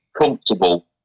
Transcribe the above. comfortable